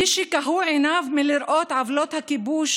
מי שכהו עיניו מלראות את עוולות הכיבוש,